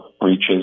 breaches